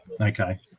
okay